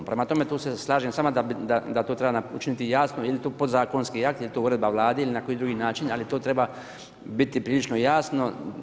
Prema tome, tu se slažem s vama da to treba učinit jasno, jel' je to podzakonski akt ili je to uredba Vlada ili na koji drugi način ali to treba biti prilično jasno.